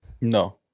No